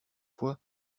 fois